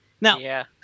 Now